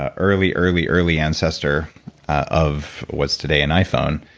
ah early, early, early ancestor of what's today an iphone,